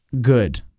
good